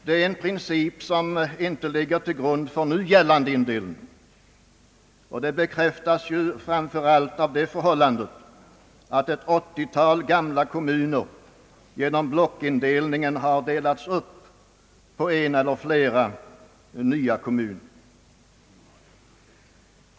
Det är en princip som inte ligger till grund för nu gällande indelning, vilket bekräftas framför allt av det förhållandet att ett åttiotal gamla kommuner genom blockindelningen har delats upp på en eller flera nya kommuner.